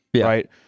right